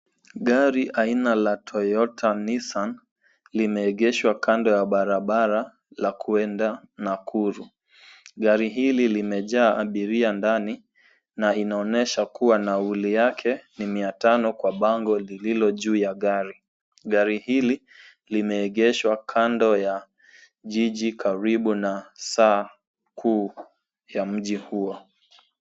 Gari aina la toyota nissan, limeegeshwa kando ya barabara la kuenda Nakuru. Gari hili limejaa abiria ndani na inaonesha kuwa nauli yake ni mia tano kwa bango lililo juu ya gari. Gari hili, limeegeshwa kando ya jiji karibu na saa kuu ya mji huo.